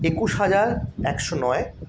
একুশ হাজার একশো নয়